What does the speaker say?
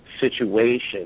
situation